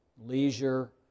Leisure